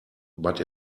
but